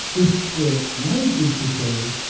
if the light is disowned,